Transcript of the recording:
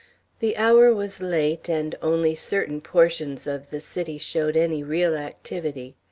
the hour was late, and only certain portions of the city showed any real activity.